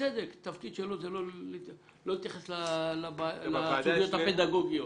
שבצדק התפקיד שלו הוא לא להתייחס לסוגיות הפדגוגיות.